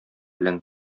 белән